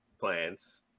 plans